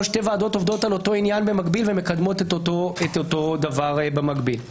שתי ועדות עובדות על אותו עניין במקביל ומקדמות את אותו דבר במקביל.